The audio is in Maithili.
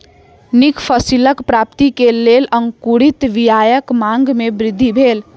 नीक फसिलक प्राप्ति के लेल अंकुरित बीयाक मांग में वृद्धि भेल